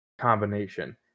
combination